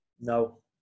no